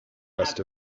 rest